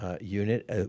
unit